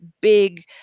big